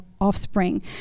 offspring